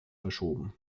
verschoben